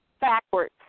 backwards